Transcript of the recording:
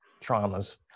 traumas